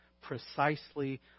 precisely